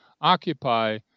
occupy